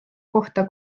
kohta